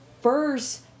first